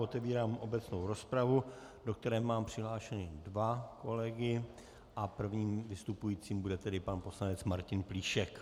Otevírám obecnou rozpravu, do které mám přihlášené dva kolegy, a prvním vystupujícím bude pan poslanec Martin Plíšek.